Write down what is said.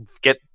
get